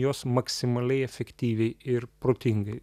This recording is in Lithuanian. juos maksimaliai efektyviai ir protingai